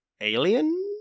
Alien